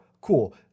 Cool